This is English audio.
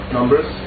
numbers